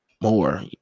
more